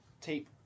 tape